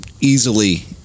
easily